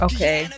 Okay